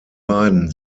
beiden